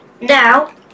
Now